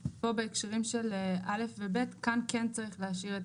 בהקשרים של (א) ו-(ב) כאן כן צריך להשאיר את